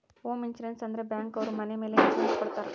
home insurance ಅಂದ್ರೆ bank ಅವ್ರು ಮನೆ ಮೇಲೆ ಇನ್ಸೂರೆನ್ಸ್ ಕೊಡ್ತಾರ